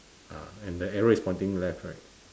ah and the arrow is pointing left right